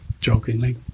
jokingly